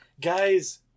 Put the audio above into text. Guys